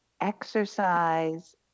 exercise